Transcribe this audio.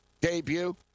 Debut